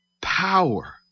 power